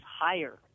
higher